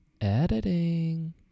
editing